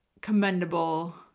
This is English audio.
commendable